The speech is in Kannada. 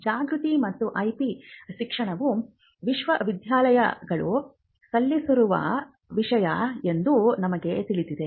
ಜಾಗೃತಿ ಮತ್ತು ಐಪಿ ಶಿಕ್ಷಣವು ವಿಶ್ವವಿದ್ಯಾಲಯಗಳು ಸಲ್ಲಿಸುತ್ತಿರುವ ವಿಷಯ ಎಂದು ನಮಗೆ ತಿಳಿದಿದೆ